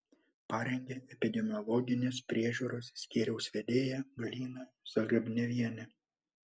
parengė epidemiologinės priežiūros skyriaus vedėja galina zagrebnevienė